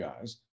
guys